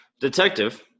detective